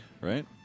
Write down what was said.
right